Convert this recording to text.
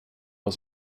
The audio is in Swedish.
oss